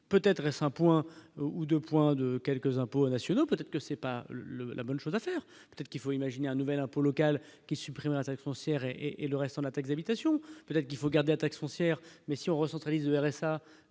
peut-être est-ce un point ou 2 points de quelques impôts nationaux, peut-être que c'est pas le la bonne chose à faire, peut-être qu'il faut imaginer un nouvel impôt local qui supprimera 5 serrés et et le reste en attaque délectation là qu'il faut garder intact foncière, mais si on recentraliser RSA